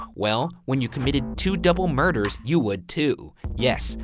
well, when you committed two double murders, you would too. yes,